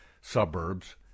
suburbs-